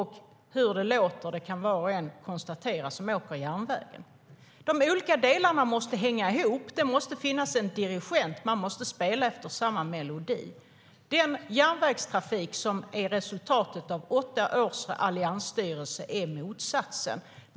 Hur det låter kan var och en konstatera som åker på järnvägen.De olika delarna måste hänga ihop. Det måste finnas en dirigent. Man måste spela samma melodi. Den järnvägstrafik som är resultatet av åtta års alliansstyre är motsatsen.